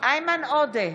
איימן עודה,